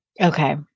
Okay